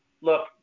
Look